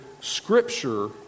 Scripture